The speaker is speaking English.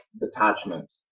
detachment